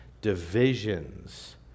divisions